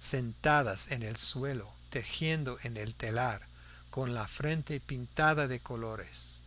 sentadas en el suelo tejiendo en el telar con la frente pintada de colores